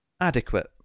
adequate